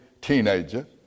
teenager